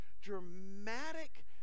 dramatic